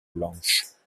blanches